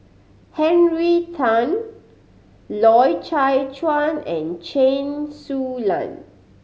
Henry Tan Loy Chye Chuan and Chen Su Lan